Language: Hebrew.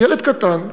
ילד קטן,